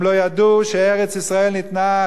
הם לא ידעו שארץ-ישראל ניתנה,